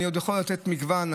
אני יכול לתת עוד מגוון,